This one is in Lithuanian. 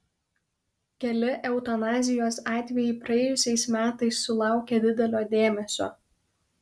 keli eutanazijos atvejai praėjusiais metais sulaukė didelio dėmesio